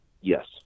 Yes